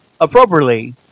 appropriately